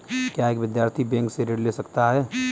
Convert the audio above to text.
क्या एक विद्यार्थी बैंक से ऋण ले सकता है?